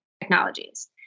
technologies